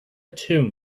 tune